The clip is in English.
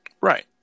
Right